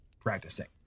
practicing